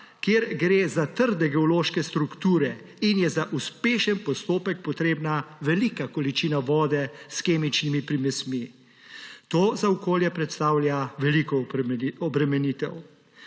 kjer gre za trde geološke strukture in je za uspešen postopek potrebna velika količina vode s kemičnimi primesmi. To za okolje predstavlja veliko obremenitev.